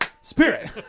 Spirit